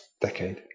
decade